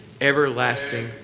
everlasting